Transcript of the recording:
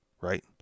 right